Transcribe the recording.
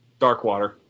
Darkwater